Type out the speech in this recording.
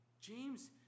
James